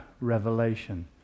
revelation